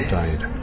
died